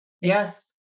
yes